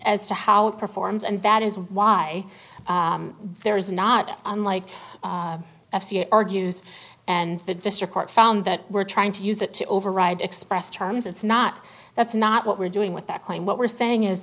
as to how it performs and that is why there is not unlike f d a argues and the district court found that we're trying to use it to override express terms it's not that's not what we're doing with that claim what we're saying is